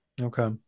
Okay